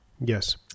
Yes